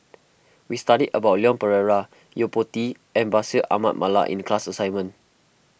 we studied about Leon Perera Yo Po Tee and Bashir Ahmad Mallal in the class assignment